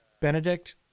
Benedict